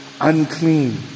unclean